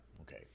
Okay